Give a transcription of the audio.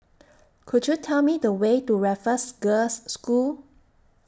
Could YOU Tell Me The Way to Raffles Girls' School